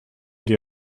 die